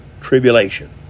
tribulation